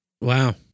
Wow